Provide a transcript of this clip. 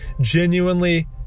genuinely